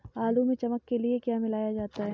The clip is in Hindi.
आलू में चमक के लिए क्या मिलाया जाता है?